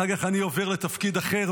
אחר כך אני עובר לתפקיד אחר,